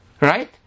right